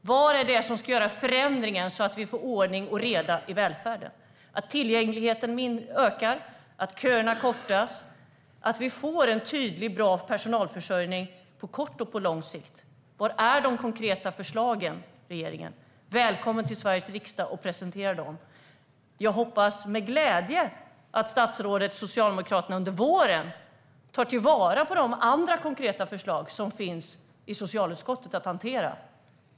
Var är det som ska göra förändringen, så att vi får ordning och reda i välfärden, att tillgängligheten ökar, att köerna kortas, att vi får en tydlig och bra personalförsörjning på kort och lång sikt? Var är de konkreta förslagen? Välkommen till Sveriges riksdag för att presentera dem! Jag hoppas - och kommer att bli glad - att statsrådet och Socialdemokraterna under våren tar till vara de andra konkreta förslag som finns i socialutskottet för att hantera.